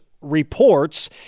Reports